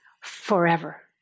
forever